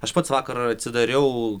aš pats vakar atsidariau